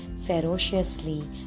Ferociously